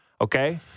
okay